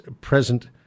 present